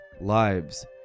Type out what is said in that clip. lives